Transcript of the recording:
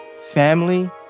family